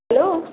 hello